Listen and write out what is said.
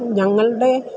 ഞങ്ങളുടെ